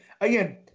again